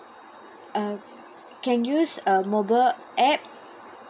uh can use um mobile app